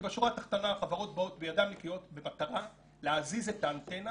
כי בשורה התחתונה החברות באות בידיים נקיות במטרה להזיז את האנטנה